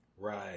Right